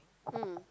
mm